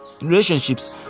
relationships